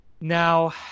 Now